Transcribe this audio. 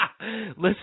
Listen